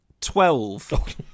Twelve